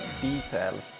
details